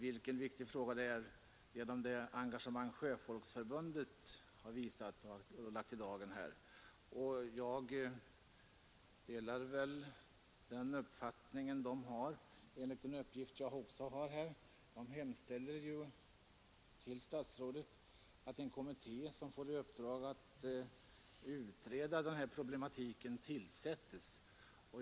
Vilken viktig fråga detta är framgår också av Sjöfolksförbundets engagemang. Jag delar förbundets uppfattning. Enligt en uppgift som jag har fått hemställer förbundet till statsrådet att en kommitté skall tillsättas med uppdrag att utreda den här problematiken.